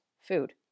food